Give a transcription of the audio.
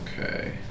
okay